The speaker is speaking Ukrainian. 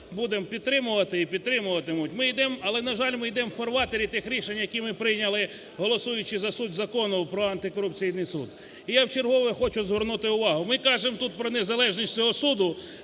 будемо підтримувати і підтримуватимуть. Ми ідем, але, на жаль, ми йдем в фарватері тих рішень, які ми прийняли, голосуючи за суть Закону про антикорупційний суд. І я вчергове хочу звернути увагу. Ми кажемо тут про незалежність цього суду,